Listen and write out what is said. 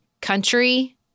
country